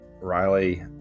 Riley